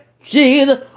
Jesus